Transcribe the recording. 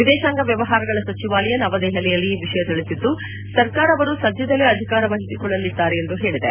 ವಿದೇಶಾಂಗ ವ್ಯವಹಾರಗಳ ಸಚಿವಾಲಯ ನವದೆಹಲಿಯಲ್ಲಿ ಈ ವಿಷಯ ತಿಳಿಸಿದ್ದು ಸರ್ಕಾರ್ ಅವರು ಸದ್ಯದಲ್ಲೇ ಅಧಿಕಾರವಹಿಸಿಕೊಳ್ಳಲಿದ್ದಾರೆ ಎಂದು ಹೇಳಿದೆ